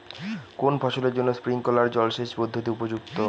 কোন ফসলের জন্য স্প্রিংকলার জলসেচ পদ্ধতি উপযুক্ত?